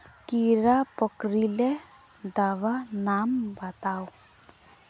कीड़ा पकरिले दाबा नाम बाताउ?